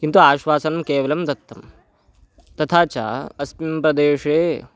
किन्तु आश्वासनं केवलं दत्तं तथा च अस्मिन् प्रदेशे